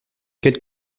quel